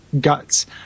guts